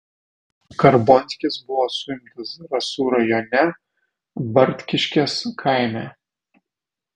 karbonskis buvo suimtas zarasų rajone bartkiškės kaime